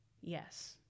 Yes